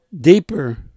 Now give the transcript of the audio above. deeper